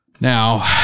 now